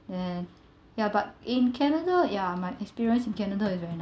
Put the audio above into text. and yeah but in canada ya my experience in canada is very